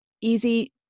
easy